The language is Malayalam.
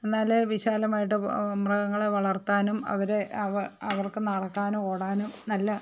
എന്നാലേ വിശാലമായിട്ട് മൃഗങ്ങളെ വളർത്താനും അവരെ അവ അവർക്ക് നടക്കാനും ഓടാനും നല്ല